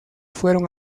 fueron